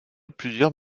plusieurs